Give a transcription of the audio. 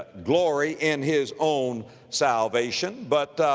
glory in his own salvation. but,